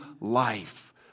life